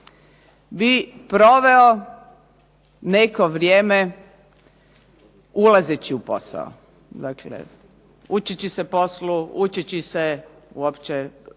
bi proveo neko vrijeme ulazeći u posao, dakle učeći se poslu, učeći se uopće